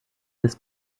this